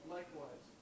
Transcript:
Likewise